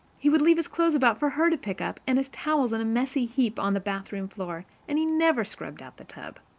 he would leave his clothes about for her to pick up, and his towels in a messy heap on the bathroom floor, and he never scrubbed out the tub.